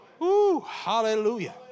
hallelujah